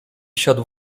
siadł